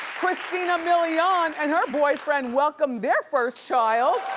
christina milian and her boyfriend welcomed their first child.